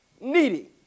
needy